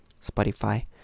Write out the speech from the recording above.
Spotify